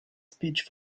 speech